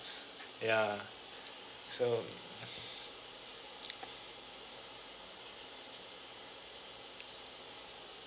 ya so